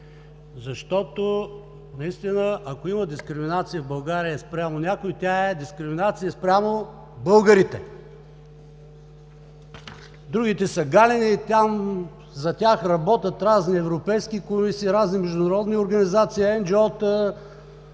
защото ако има дискриминация в България спрямо някой, тя е дискриминация спрямо българите. Другите са галени, за тях работят разни европейски комисии, разни международни организации,